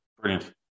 Brilliant